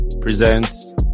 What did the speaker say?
Presents